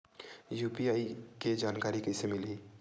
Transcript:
UPI के जानकारी कइसे मिलही?